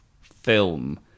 film